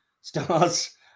stars